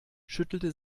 schüttelte